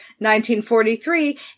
1943